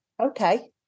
Okay